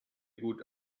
gut